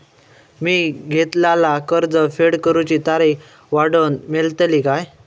मी घेतलाला कर्ज फेड करूची तारिक वाढवन मेलतली काय?